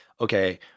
okay